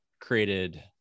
created